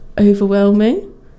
Overwhelming